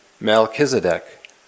Melchizedek